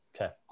okay